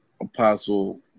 Apostle